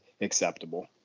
acceptable